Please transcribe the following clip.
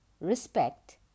respect